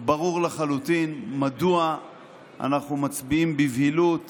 ברור לחלוטין מדוע אנחנו מצביעים בבהילות